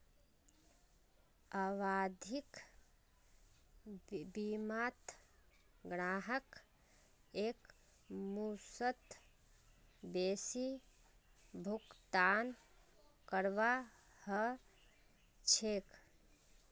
आवधिक बीमात ग्राहकक एकमुश्त बेसी भुगतान करवा ह छेक